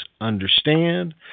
understand